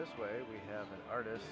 this way we have an artist